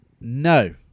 No